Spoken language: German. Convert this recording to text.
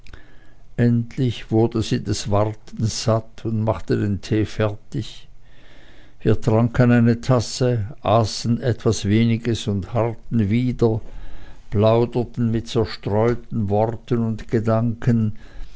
endlich wurde sie wartens satt und machte den tee fertig wir tranken eine tasse aßen etwas weniges und harrten wieder plauderten mit zerstreuten worten und gedanken